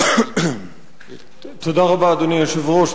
אדוני היושב-ראש,